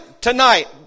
tonight